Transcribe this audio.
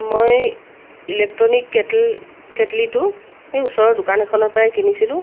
মই electronic kettle কেটলিটো এই ওচৰৰ দোকান এখনৰ পৰাই কিনিছিলোঁ